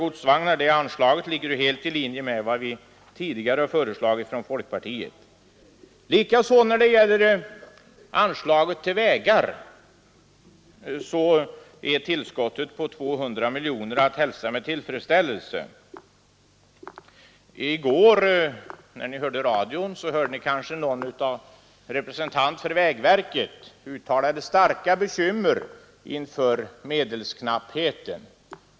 Anslaget till inköp av godsvagnar är helt i linje med vad vi i folkpartiet tidigare har föreslagit. Likaså är tillskottet på 200 miljoner i anslag till vägar att hälsa med tillfredsställelse. I går hörde ni kanske i radio en representant för vägverket uttala starka bekymmer inför medelsknappheten.